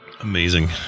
Amazing